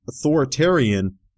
authoritarian